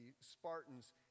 Spartans